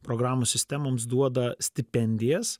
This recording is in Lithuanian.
programų sistemoms duoda stipendijas